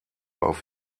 auf